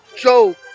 Joe